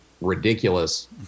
ridiculous